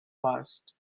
past